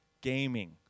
gaming